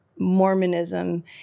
mormonism